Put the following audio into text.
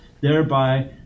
thereby